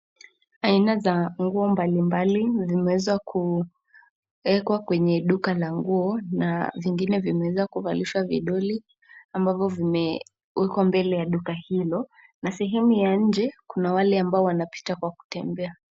Aina za nguo mbalimbali zimeweza kuwekwa kwenye duka la nguo na zingine vimeweza kuvalishwa vidoli ambapo vimewekwa mbele ya duka hilo na sehemu ya nje kuna wale ambao wanapita kwa kutembea.